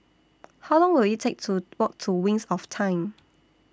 How Long Will IT Take to Walk to Wings of Time